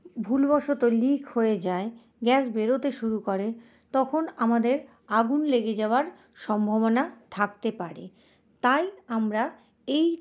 ভুলবশত লিক হয়ে যায় গ্যাস বেরোতে শুরু করে তখন আমাদের আগুন লেগে যাওয়ার সম্ভাবনা থাকতে পারে তাই আমরা এই